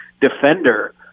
defender